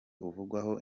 uvugwaho